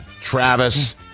Travis